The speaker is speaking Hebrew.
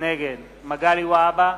נגד מגלי והבה,